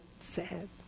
sad